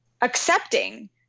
accepting